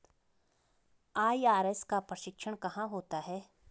IRS का प्रशिक्षण कहाँ होता है?